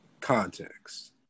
context